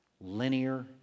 linear